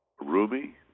Rumi